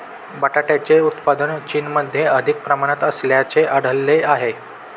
बटाट्याचे उत्पादन चीनमध्ये अधिक प्रमाणात असल्याचे आढळले आहे